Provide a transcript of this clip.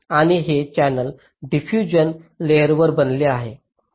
आणि हे channel diffusion लेयरवर बनले आहे